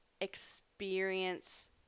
experience